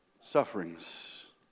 sufferings